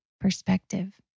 perspective